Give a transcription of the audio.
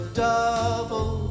double